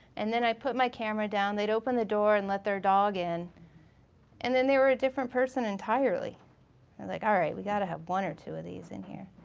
and then i put my camera down, they'd open the door and let their dog in and then they were a different person entirely. i was like all right, we gotta have one or two of these in here.